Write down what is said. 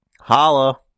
Holla